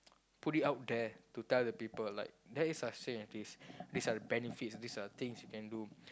put it out there to tell the people like there is such thing as this these are the benefits these are the things you can do